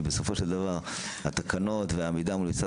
כי בסופו של דבר התקנות והמידע מול משרד